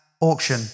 Auction